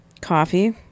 coffee